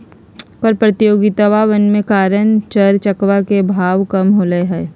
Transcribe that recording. कर प्रतियोगितवन के कारण चर चकवा के भाव कम होलय है